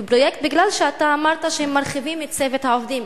כי אתה אמרת שמרחיבים את צוות העובדים.